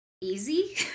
easy